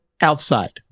outside